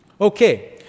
Okay